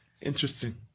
Interesting